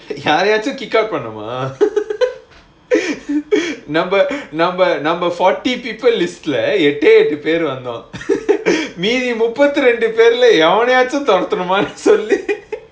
யாரையாச்சும்:yaraiyaachum kick off பண்ணனும்:pannanum number number forty people list right எட்டே எட்டு பேர் வந்தோம் மீதி முப்பத்திரண்டு பேர்ல எவனயாச்சும் தொரத்துனோமா சொல்லு:ettae ettu per vandhom meethi muppathirendu perla evanayaachum thorathunomaa sollu